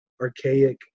archaic